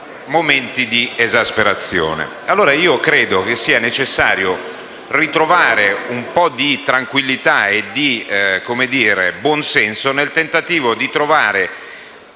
momenti di esasperazione.